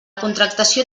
contractació